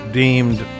deemed